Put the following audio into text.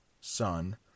son